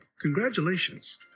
congratulations